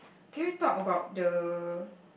can we talk about the